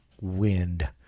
wind